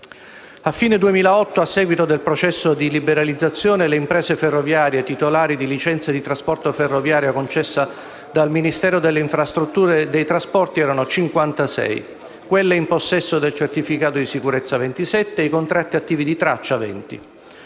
A fine 2008, a seguito del processo di liberalizzazione, le imprese ferroviarie titolari di licenza di trasporto ferroviario concessa dal Ministero delle infrastrutture e dei trasporti erano 56; quelle in possesso del certificato di sicurezza erano 27; i contratti attivi di traccia